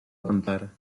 contar